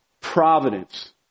providence